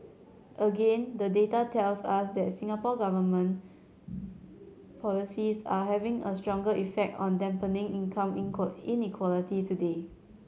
again the data tells us that Singapore Government policies are having a stronger effect on dampening income inequality today